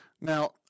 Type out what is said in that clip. Now